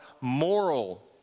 moral